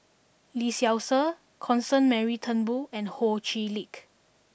Lee Seow Ser Constance Mary Turnbull and Ho Chee Lick